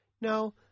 No